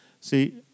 See